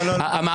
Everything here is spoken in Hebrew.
לא נטרלו את